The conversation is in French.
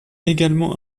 également